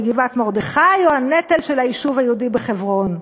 בגבעת-מרדכי או הנטל של היישוב היהודי בחברון.